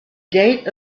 date